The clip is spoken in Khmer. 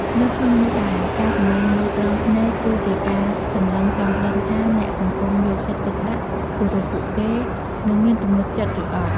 នៅក្នុងនោះដែរ ការសម្លឹងមើលត្រង់ភ្នែកគឺជាការសម្លឹងចង់ដឹងថាអ្នកកំពុងយកចិត្តទុកដាក់ គោរពពួកគេ និងមានទំនុកចិត្តឬអត់។